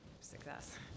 success